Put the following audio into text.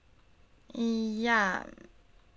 ya